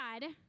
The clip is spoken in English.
God